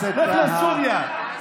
לך לסוריה.